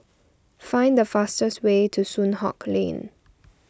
find the fastest way to Soon Hock Lane